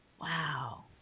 wow